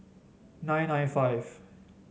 nine nine five